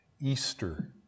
Easter